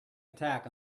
attack